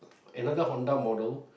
another Honda model